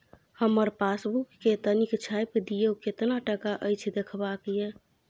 हमर पासबुक के तनिक छाय्प दियो, केतना टका अछि देखबाक ये?